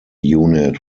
unit